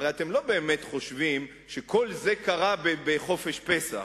הרי אתם לא באמת חושבים שכל זה קרה בחופשת פסח.